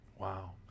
Wow